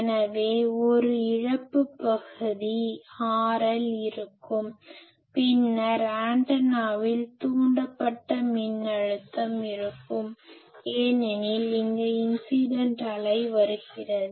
எனவே ஒரு இழப்பு பகுதி RL இருக்கும் பின்னர் ஆண்டனாவில் தூண்டப்பட்ட மின்னழுத்தம் இருக்கும் ஏனெனில் இங்கு இன்சிடன்ட் அலை வருகிறது